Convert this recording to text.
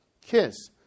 kiss